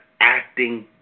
acting